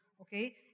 Okay